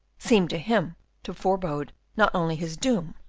seemed to him to forebode not only his doom,